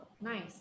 nice